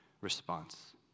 response